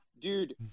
dude